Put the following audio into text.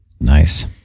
Nice